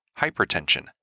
hypertension